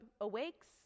awakes